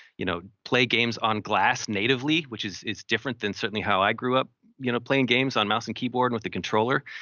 you know play games on glass natively, which is is different than certainly how i grew up you know playing games on mouse and keyboard with a controller.